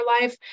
life